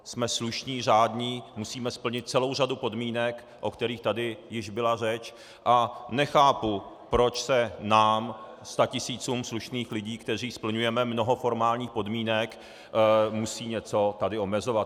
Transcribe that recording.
Jsme slušní, řádní, musíme splnit celou řadu podmínek, o kterých tady již byla řeč, a nechápu, proč se nám, statisícům slušných lidí, kteří splňujeme mnoho formálních podmínek, musí tady něco omezovat.